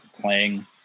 playing